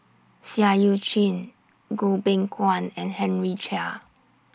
Seah EU Chin Goh Beng Kwan and Henry Chia